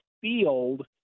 field